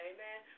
Amen